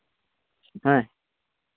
ᱦᱮᱸ